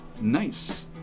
nice